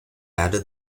added